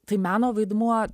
tai meno vaidmuo